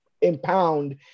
impound